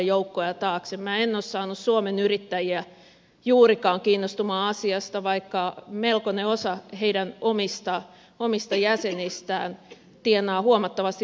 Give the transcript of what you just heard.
minä en ole saanut suomen yrittäjiä juurikaan kiinnostumaan asiasta vaikka melkoinen osa heidän omista jäsenistään tienaa huomattavasti vähemmän kuin keskivertopalkansaaja